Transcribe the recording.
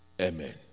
Amen